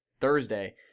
Thursday